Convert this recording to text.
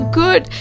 good